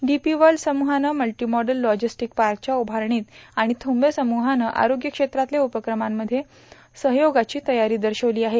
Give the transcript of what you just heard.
DP World समुहानं multimodal logistic पार्कच्या उभारणीत आणि थुम्बे समुहानं आरोग्य क्षेत्रातल्या उपक्रमांमध्ये सहयोगाची तयारी दर्शवली आहे